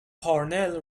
parnell